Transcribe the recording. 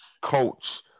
coach